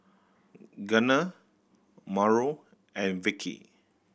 Gardner Mauro and Vickie